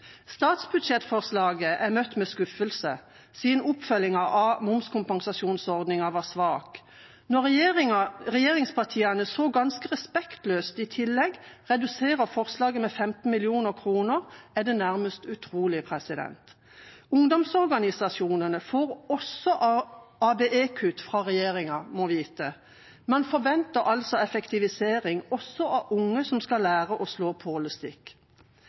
Statsbudsjettforslaget er møtt med skuffelse, siden oppfølgingen av momskompensasjonsordningen er svak. Når regjeringspartiene så ganske respektløst i tillegg reduserer forslaget med 15 mill. kr, er det nærmest utrolig. Ungdomsorganisasjonene får også ABE-kutt fra regjeringa, må vite. Man forventer altså effektivisering også av unge som skal lære å slå